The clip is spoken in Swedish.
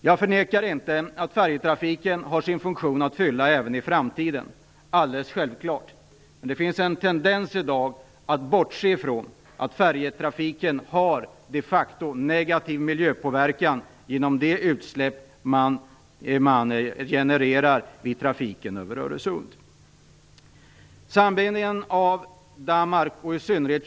Jag förnekar inte att färjetrafiken har sin funktion att fylla även i framtiden, alldeles självklart. Men det finns i dag en tendens att man bortser från att färjetrafiken de facto har negativ miljöpåverkan genom de utsläpp som genereras vid trafiken över Öresund.